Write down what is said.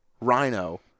Rhino